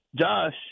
Josh